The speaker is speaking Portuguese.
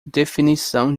definição